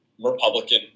Republican